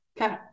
Okay